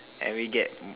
and we get